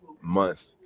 month